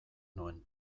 nuen